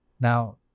Now